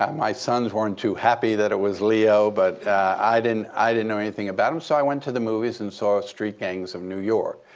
um my sons weren't too happy that it was leo. but i didn't i didn't know anything about him. so i went to the movies and saw street gangs of new york.